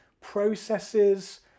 processes